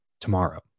tomorrow